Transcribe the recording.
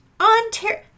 ontario